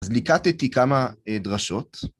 אז ליקטתי כמה דרשות.